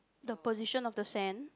the position of the sand